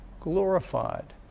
glorified